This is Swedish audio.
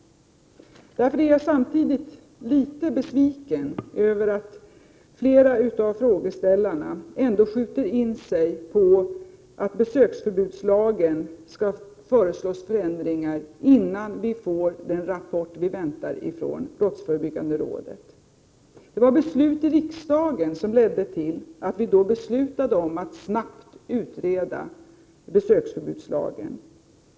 Därför är jag samtidigt litet besviken över att flera av frågeställarna skjuter in sig på att besöksförbudslagen skall föreslås förändringar innan vi får den rapport vi väntar från brottsförebyggande rådet. Det var beslut i riksdagen som ledde till att regeringen beslutade att snabbt utreda besöksförbudslagen.